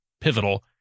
pivotal